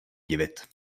divit